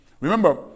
Remember